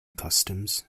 customs